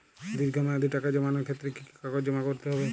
দীর্ঘ মেয়াদি টাকা জমানোর ক্ষেত্রে কি কি কাগজ জমা করতে হবে?